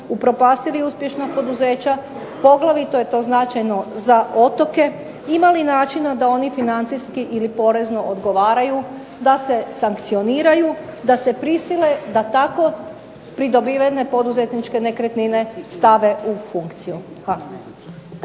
upropastili uspješna poduzeća, poglavito je značajno za otoke? Ima li načina da oni financijski ili porezno odgovaraju, da se sankcioniraju, da se prisile da tako pridobivene poduzetničke nekretnine stave u funkciju?